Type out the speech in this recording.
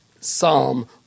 Psalm